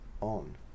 On